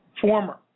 former